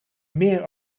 meer